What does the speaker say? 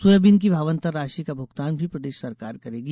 soybean की भावांतर राशि का भुगतान भी प्रदेश सरकार करेगी